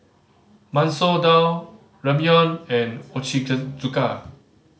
Masoor Dal Ramyeon and Ochazuke